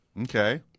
Okay